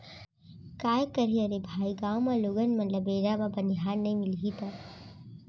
काय करही अरे भाई गॉंव म लोगन मन ल बेरा म बनिहार नइ मिलही त